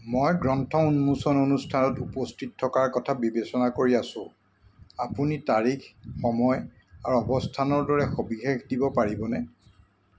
মই গ্ৰন্থ উন্মোচন অনুষ্ঠানত উপস্থিত থকাৰ কথা বিবেচনা কৰি আছোঁ আপুনি তাৰিখ সময় আৰু অৱস্থানৰ দৰে সবিশেষ দিব পাৰিবনে